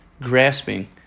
grasping